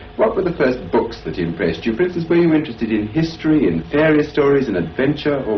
what were the first books that impressed you? for instance were you interested in history and fairy stories and adventure,